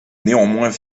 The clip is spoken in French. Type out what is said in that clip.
néanmoins